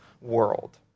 world